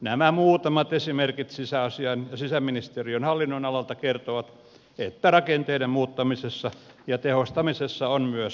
nämä muutamat esimerkit sisäministeriön hallinnonalalta kertovat että rakenteiden muuttamisessa ja tehostamisessa on myös onnistuttu